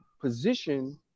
position